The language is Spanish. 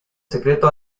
secreto